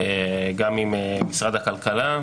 גם עם משרד הכלכלה,